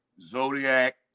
zodiac